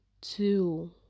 two